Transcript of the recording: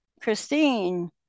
Christine